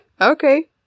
okay